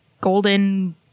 golden